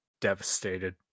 devastated